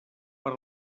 per